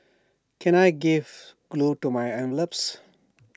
can I give glue to my envelopes